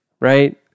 right